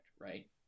right